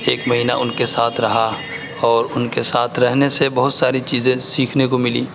ایک مہینہ ان کے ساتھ رہا اور ان کے ساتھ رہنے سے بہت ساری چیزیں سیکھنے کو ملیں